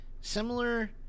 similar